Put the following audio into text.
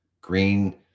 Green